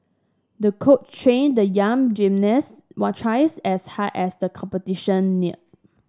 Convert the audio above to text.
the coach trained the young gymnast twice as hard as the competition neared